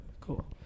Cool